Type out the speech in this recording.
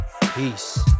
Peace